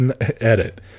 edit